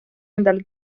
endale